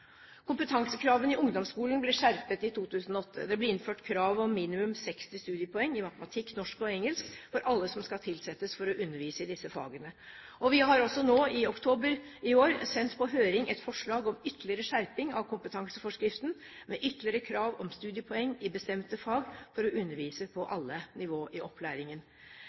Kompetansekravene i ungdomsskolen ble skjerpet i 2008. Det ble innført krav om minimum 60 studiepoeng i matematikk, norsk og engelsk for alle som skal tilsettes for å undervise i disse fagene. Vi har også nå, i oktober, sendt på høring et forslag om ytterligere skjerping av kompetanseforskriften, med ytterligere krav om studiepoeng i bestemte fag for å undervise på alle nivå i opplæringen.